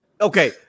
Okay